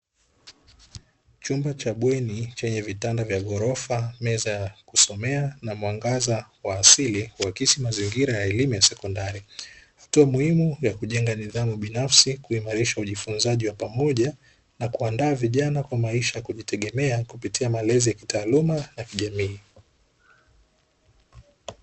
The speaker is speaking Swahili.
Chumba cha bweni chenye vitanda vya ghorofa, meza ya kusomea na mwangaza wa asili huakisi mazingira ya elimu ya sekondari, hatua muhimu ya kujenga nidhamu binafsi kuimarisha ujifunzaji wa pamoja na kuandaa vijana kwa maisha ya kujitegemea kupitia malezi ya kitaaluma na kijamii.